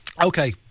Okay